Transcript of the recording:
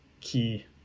key